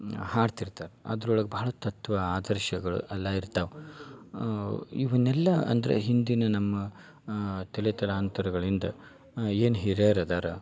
ಹಾಡ್ತಿರ್ತಾರೆ ಅದ್ರೊಳ್ಗೆ ಭಾಳ ತತ್ವ ಆದರ್ಶಗಳು ಎಲ್ಲ ಇರ್ತಾವ ಇವುನ್ನೆಲ್ಲ ಅಂದರೆ ಹಿಂದಿನ ನಮ್ಮ ತಲೆ ತಲಾಂತರಗಳಿಂದ ಏನು ಹಿರಿಯರು ಅದಾರ